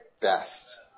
best